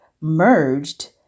merged